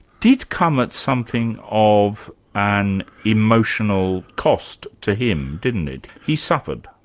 did come at something of an emotional cost to him, didn't it? he suffered.